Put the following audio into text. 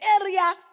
area